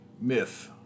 myth